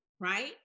right